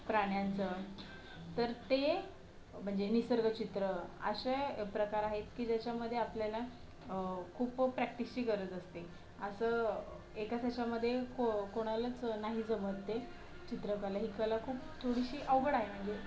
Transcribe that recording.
प्राण्यांचं तर ते म्हणजे निसर्गचित्र असे प्रकार आहे की ज्याच्यामध्ये आपल्याला खूप प्रॅक्टिसची गरज असते असं एकाच ह्याच्यामध्ये को कोणालाच नाही जमत ते चित्रकला ही कला खूप थोडीशी अवघड आहे म्हणजे